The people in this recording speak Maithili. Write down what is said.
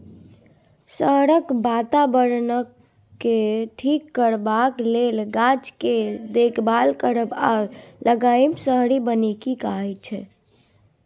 शहरक बाताबरणकेँ ठीक करबाक लेल गाछ केर देखभाल करब आ लगाएब शहरी बनिकी कहाइ छै